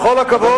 בכל הכבוד,